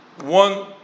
one